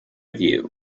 view